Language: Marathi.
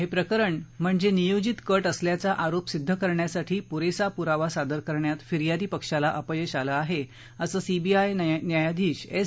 हे प्रकरण म्हणजे नियोजित कट असल्याचा आरोप सिद्ध करण्यासाठी पुरेसा पुरावा सादर करण्यात फिर्यादी पक्षाला अपयश आलं आहे असं सीबीआय न्यायाधीश एस